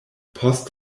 post